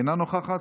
אינה נוכחת,